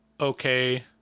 okay